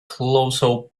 colossal